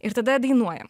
ir tada dainuojam